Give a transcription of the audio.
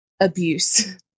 abuse